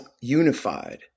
unified